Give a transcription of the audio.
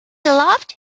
loved